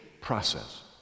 process